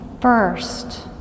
first